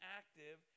active